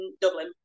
Dublin